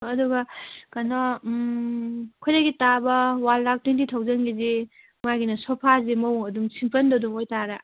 ꯍꯣꯏ ꯑꯗꯨꯒ ꯀꯩꯅꯣ ꯈ꯭ꯋꯥꯏꯗꯒꯤ ꯇꯥꯕ ꯋꯥꯟ ꯂꯥꯛ ꯇ꯭ꯋꯦꯟꯇꯤ ꯊꯥꯎꯖꯟꯒꯤꯁꯤ ꯃꯥꯒꯤꯅ ꯁꯣꯐꯥꯁꯤ ꯃꯑꯣꯡ ꯑꯗꯨꯝ ꯁꯤꯝꯄꯜꯗ ꯑꯗꯨꯝ ꯑꯣꯏꯕꯇꯥꯔꯦ